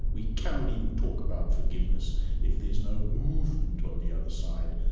we cannot even talk about forgiveness if there's no movement on the other side,